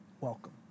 welcome